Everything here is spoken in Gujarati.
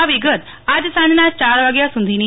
આ વિગત આજ સાંજના ચાર વાગ્યા સુધીની છે